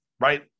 right